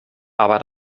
aber